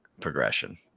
progression